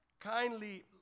kindly